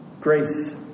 grace